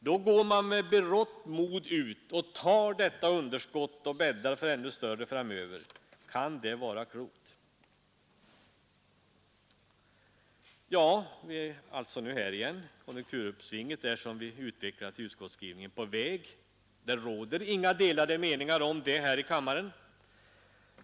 Då går man med berått mod ut och tar detta underskott och bäddar för ännu större framöver. Kan det vara klokt? Ja, vi är alltså nu här igen. Konjunkturuppsvinget är, som vi utvecklat i utskottsskrivningen, på väg. Det råder inga delade meningar om det här i kammaren.